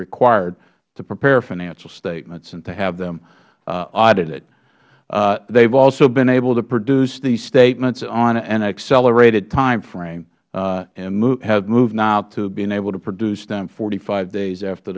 required to prepare financial statements and to have them audited they have also been able to produce these statements on an accelerated time frame and have moved now to being able to produce them forty five days after